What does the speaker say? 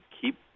keep